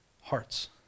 hearts